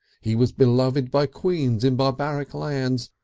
he was beloved by queens in barbaric lands,